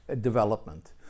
development